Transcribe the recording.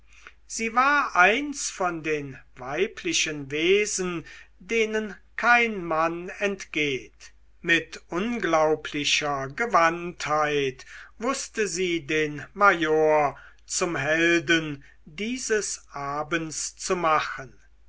sie war eins von den weiblichen wesen denen kein mann entgeht mit unglaublicher gewandtheit wußte sie den major zum helden dieses abends zu machen